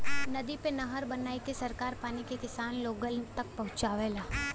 नदी पे नहर बनाईके सरकार पानी के किसान लोगन तक पहुंचावेला